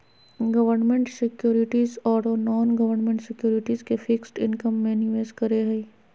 government securities ओरो non government securities के fixed income में निवेश करे हइ